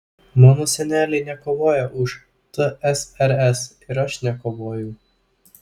mano seneliai nekovojo už tsrs ir aš nekovojau